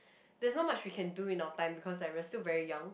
that's not much we can do in our time because we are still very young